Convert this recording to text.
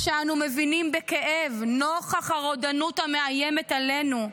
כשאנחנו מבינים בכאב נוכח הרודנות המאיימת עלינו,